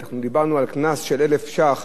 אנחנו דיברנו על קנס של 1,000 ש"ח